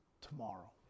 tomorrow